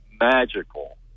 magical